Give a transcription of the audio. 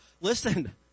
listen